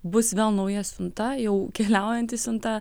bus vėl nauja siunta jau keliaujanti siunta